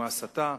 הסתה,